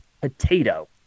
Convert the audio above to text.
potato